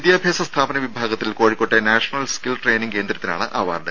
വിദ്യാഭ്യാസ സ്ഥാപന വിഭാഗത്തിൽ കോഴിക്കോട്ടെ നാഷണൽ സ്കിൽ ട്രെയിനിങ് കേന്ദ്രത്തിനാണ് അവാർഡ്